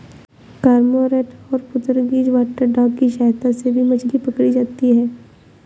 cormorant और Portuguese water dog की सहायता से भी मछली पकड़ी जाती है